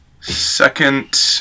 second